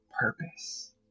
purpose